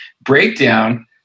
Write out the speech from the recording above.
breakdown